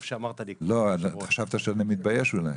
לא, חשבת שאולי אני מתבייש אולי.